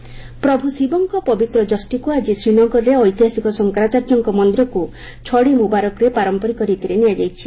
J and K ଛଡ଼ି ମୁକାରକ ପ୍ରଭୁ ଶିବଙ୍କ ପବିତ୍ର ଯଷ୍ଟିକୁ ଆଜି ଶ୍ରୀନଗରରେ ଏତିହାସିକ ଶଙ୍କରାଚାର୍ଯ୍ୟଙ୍କ ମନ୍ଦିରକୁ ଛାଡ଼ି ମୁବାରକରେ ପାରମ୍ପରିକ ରୀତିରେ ନିଆଯାଇଛି